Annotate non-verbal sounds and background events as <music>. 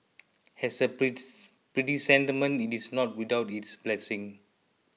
as a <unintelligible> it is not without its blessing